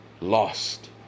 lost